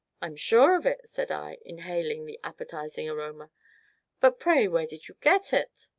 i'm sure of it, said i, inhaling the appetizing aroma but, pray, where did you get it?